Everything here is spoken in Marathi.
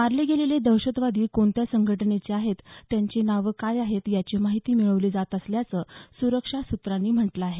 मारले गेलेले दहशतवादी कोणत्या संघटनेचे आहेत त्यांची नावं काय आहेत याची माहिती मिळवली जात असल्याचं सुरक्षा स्त्रांनी म्हटलं आहे